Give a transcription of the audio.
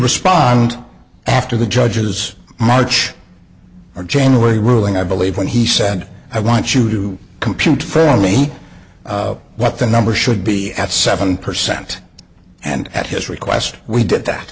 respond after the judge's march or january ruling i believe when he said i want you to compute for me what the number should be at seven percent and at his request we did that